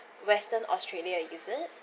western australia is it